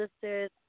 Sisters